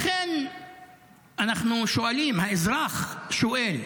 לכן אנחנו שואלים, האזרח שואל: